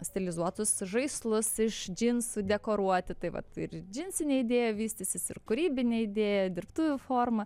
stilizuotus žaislus iš džinsų dekoruoti taip vat ir džinsinė idėja vystysis ir kūrybine idėja dirbtuvių forma